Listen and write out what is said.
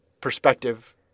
perspective